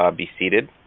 um be seated?